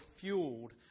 fueled